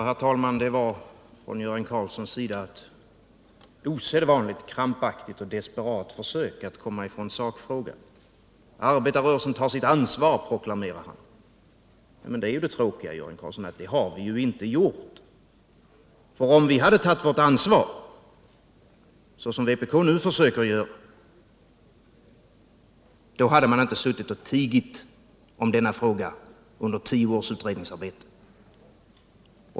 Herr talman! Detta var från Göran Karlssons sida ett osedvanligt krampaktigt och desperat försök att komma ifrån sakfrågan. Arbetarrörelsen tar sitt ansvar, proklamerar han. Det är det tråkiga, Göran Karlsson, att det har vi inte gjort. Om vi hade tagit vårt ansvar, såsom vpk nu försöker göra, då hade man inte suttit och tigit om denna fråga under tio års utredningsarbete.